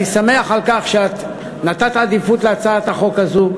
אני שמח על כך שנתת עדיפות להצעת החוק הזאת.